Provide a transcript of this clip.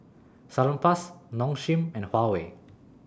Salonpas Nong Shim and Huawei